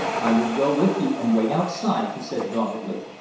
i will go with you and wait outside, he said doggedly.